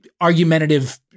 argumentative